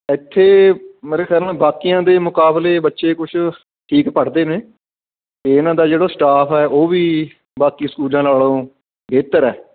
ਇੱਥੇ ਮੇਰੇ ਖਿਆਲ ਨਾਲ ਬਾਕੀਆਂ ਦੇ ਮੁਕਾਬਲੇ ਬੱਚੇ ਕੁਛ ਠੀਕ ਪੜ੍ਹਦੇ ਨੇ ਇਹਨਾਂ ਦਾ ਜਿਹੜਾ ਸਟਾਫ ਹੈ ਉਹ ਵੀ ਬਾਕੀ ਸਕੂਲਾਂ ਨਾਲੋਂ ਬਿਹਤਰ ਹੈ